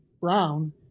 Brown